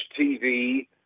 TV